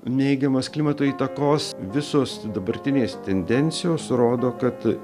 neigiamos klimato įtakos visos dabartinės tendencijos rodo kad